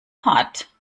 hat